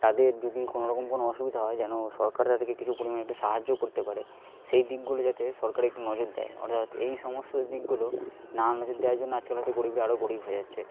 তাদের যদি কোনও রকম কোনও অসুবিদা হয় যেন সরকার তাদেরকে কিছু পরিমাণে একটু সাহায্য করতে পারে সেই দিকগুলি যাতে সরকার একটু নজর দেয় অর্থাৎ এই সমস্ত দিকগুলো না নজর দেওয়ার জন্য আজকাল হয়তো গরিবরা আরো গরিব হয়ে যাচ্ছে